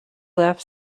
left